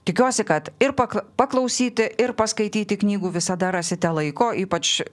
tikiuosi kad ir pakl paklausyti ir paskaityti knygų visada rasite laiko ypač